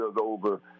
over